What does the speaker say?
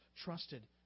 trusted